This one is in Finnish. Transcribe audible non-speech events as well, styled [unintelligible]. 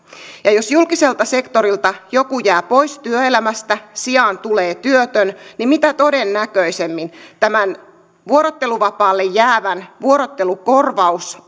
ja jos julkiselta sektorilta joku jää pois työelämästä sijaan tulee työtön niin mitä todennäköisimmin tämän vuorotteluvapaalle jäävän vuorottelukorvaus [unintelligible]